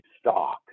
stock